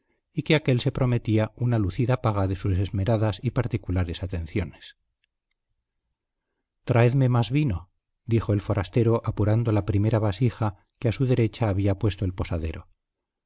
y que aquél se prometía una lucida paga de sus esmeradas y particulares atenciones traedme más vino dijo el forastero apurando la primera vasija que a su derecha había puesto el posadero